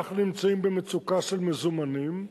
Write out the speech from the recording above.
אנחנו נמצאים במצוקה של מזומנים,